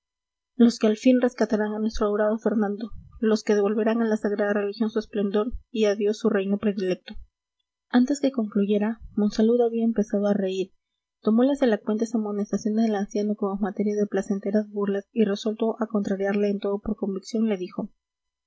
los que al fin rescatarán a nuestro adorado fernando los que devolverán a la sagrada religión su esplendor y a dios su reino predilecto antes que concluyera monsalud había empezado a reír tomó las elocuentes amonestaciones del anciano como materia de placenteras burlas y resuelto a contrariarle en todo por convicción le dijo